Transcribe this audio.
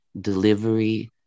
delivery